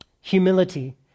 humility